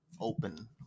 open